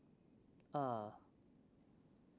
ah